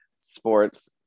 Sports